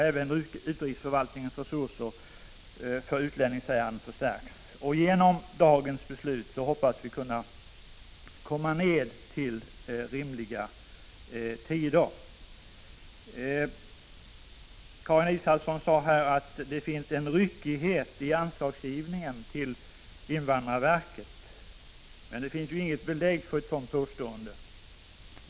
Även utrikesförvaltningens resurser för utlänningsärenden förstärks. Genom dagens beslut hoppas vi kunna komma ned till rimligare förläggningstider. Karin Israelsson sade att det finns en ryckighet i anslagsgivningen till invandrarverket, men det finns ju inget belägg för ett sådant påstående.